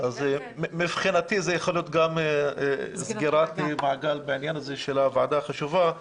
מבחינתי זה יכול להיות סגירת מעגל בעניין הוועדה החשובה הזאת.